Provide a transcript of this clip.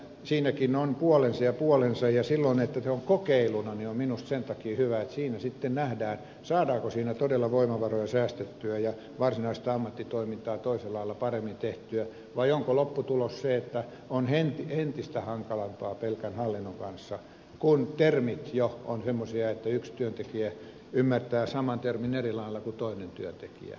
siinäkin on puolensa ja puolensa ja silloin kun se on kokeiluna se on minusta sen takia hyvä että siinä sitten nähdään saadaanko siinä todella voimavaroja säästettyä ja varsinaista ammattitoimintaa toisella lailla paremmin tehtyä vai onko lopputulos se että on entistä hankalampaa pelkän hallinnon kanssa kun termit jo ovat semmoisia että yksi työntekijä ymmärtää saman termin eri lailla kuin toinen työntekijä